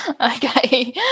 okay